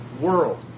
world